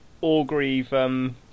Orgreave